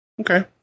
Okay